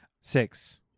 six